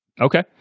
Okay